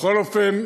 בכל אופן,